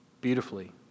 beautifully